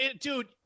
dude